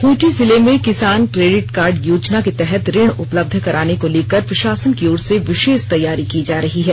खूंटी जिले में किसान क्रेडिट कार्ड योजना के तहत ऋण उपलब्ध कराने को लेकर प्रशासन की ओर से विशेष तैयारी की जा रही है